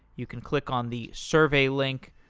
you can click on the survey link.